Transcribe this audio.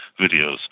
videos